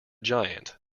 giant